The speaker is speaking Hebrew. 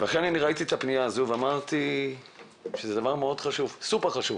ראיתי את הפניה הזאת ואמרתי שזה דבר סופר חשוב.